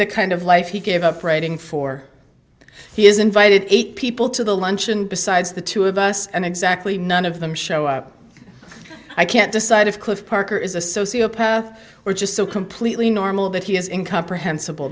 the kind of life he gave up writing for he is invited eight people to the luncheon besides the two of us and exactly none of them show up i can't decide if cliff parker is a sociopath or just so completely normal that he is in comprehensible